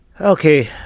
Okay